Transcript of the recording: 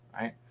Right